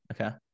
Okay